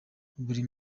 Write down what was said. buri